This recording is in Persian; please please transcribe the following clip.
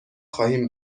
خواهیم